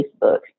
facebook